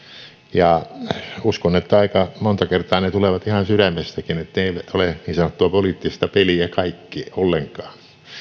uskon että aika monta kertaa ne tulevat ihan sydämestäkin että kaikki eivät ole niin sanottua poliittista peliä ollenkaan